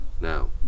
now